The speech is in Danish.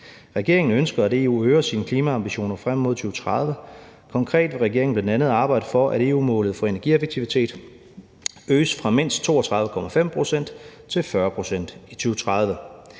Regeringen ønsker, at EU øger sine klimaambitioner frem mod 2030. Konkret vil regeringen bl.a. arbejde for, at EU-målet for energieffektivitet øges fra mindst 32,5 pct. til 40 pct. i 2030.